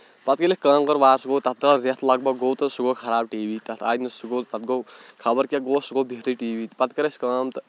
پَتہٕ ییٚلہِ کٲم کٔر وارٕ سُہ گوٚو تَتھ درٛاو رٮ۪تھ لگ بگ گوٚو تہٕ سُہ گوٚو خراب ٹی وی تَتھ آے نہٕ سُہ گوٚو تَتھ گوٚو خبر کیٛاہ گوس سُہ گوٚو بِہتھٕے ٹی وی پَتہٕ کٔر اَسہِ کٲم تہٕ